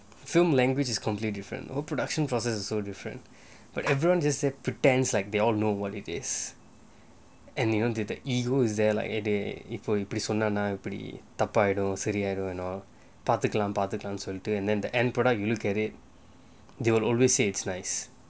film language is complete different or production process so different but everyone just pretend like they all know what it is and you know the the ego is there like இப்போ இப்படி சொன்னனா இப்படி தப்பாய்டும் சரியாய்டும் பாத்துக்கலா பாத்துக்கலா:ippo ippadi sonnanaa ippadi tappayidum sariyaayidum patthukkala patthukkala then the end product you look at it they will always say it's nice